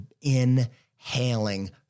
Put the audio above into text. inhaling